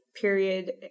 period